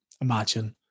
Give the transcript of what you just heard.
Imagine